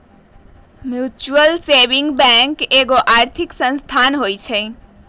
mutual saving bank एगो आर्थिक संस्थान होइ छइ